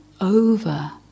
over